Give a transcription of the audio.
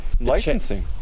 licensing